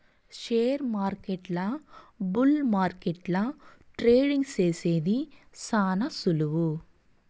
షేర్మార్కెట్ల బుల్ మార్కెట్ల ట్రేడింగ్ సేసేది శాన సులువు